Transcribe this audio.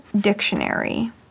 Dictionary